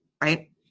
right